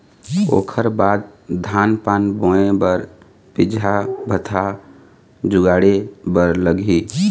ओखर बाद धान पान बोंय बर बीजहा भतहा जुगाड़े बर लगही